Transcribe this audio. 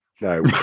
No